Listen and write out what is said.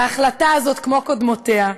ההחלטה הזאת, כמו קודמותיה,